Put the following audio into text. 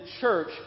church